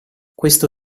questo